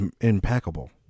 impeccable